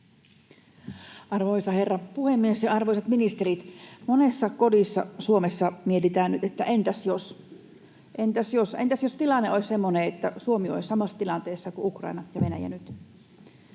Arvoisa herra puhemies ja arvoisat ministerit! Monessa kodissa Suomessa mietitään nyt, että entäs jos, entäs jos. Entäs jos tilanne olisi semmoinen, että Suomi olisi samassa tilanteessa kuin Ukraina ja Venäjä nyt?